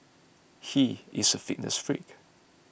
he is a fitness freak